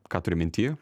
ką turi minty